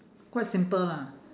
quite simple lah